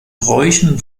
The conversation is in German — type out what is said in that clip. bräuchen